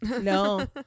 no